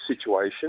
situation